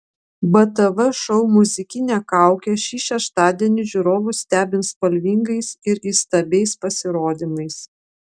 btv šou muzikinė kaukė šį šeštadienį žiūrovus stebins spalvingais ir įstabiais pasirodymais